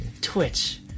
Twitch